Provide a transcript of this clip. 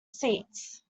seats